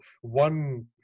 one